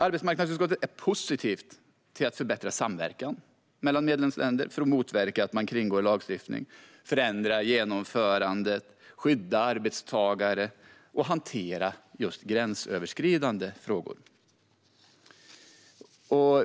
Arbetsmarknadsutskottet är positivt till att förbättra samverkan mellan medlemsländer för att motverka att lagstiftning kringgås, förändra genomförandet, skydda arbetstagare och hantera gränsöverskridande frågor.